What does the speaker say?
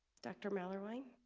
dr. mahlerwein